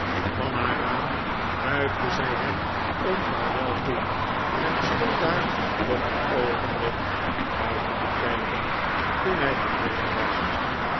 van haar raam wuifde zij hem een vaarwel toe en stond daar nog een oogenblik naar buiten te kijken toen hij verdwenen was